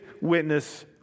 witness